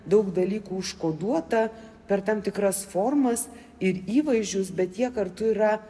daug dalykų užkoduota per tam tikras formas ir įvaizdžius bet jie kartu yra